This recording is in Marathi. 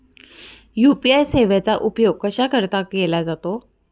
यू.पी.आय सेवेचा उपयोग कशाकरीता केला जातो?